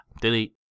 delete